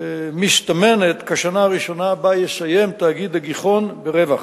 מסתמנת כשנה הראשונה שבה יסיים תאגיד "הגיחון" ברווח.